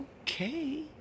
Okay